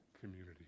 community